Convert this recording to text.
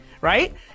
right